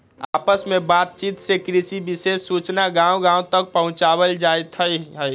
आपस में बात चित से कृषि विशेष सूचना गांव गांव तक पहुंचावल जाईथ हई